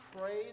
praise